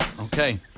okay